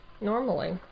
Normally